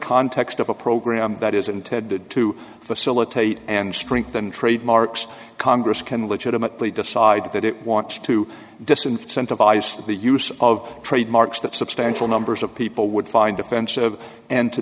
context of a program that is intended to facilitate and strengthen trademarks congress can legitimately decide that it wants to disinfect sent to vice the use of trademarks that substantial numbers of people would find offensive and to